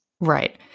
Right